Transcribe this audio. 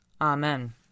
Amen